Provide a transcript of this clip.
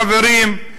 חברים,